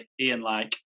Ian-like